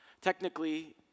technically